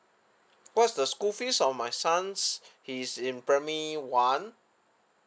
what's the school fees for my son's he is in primary one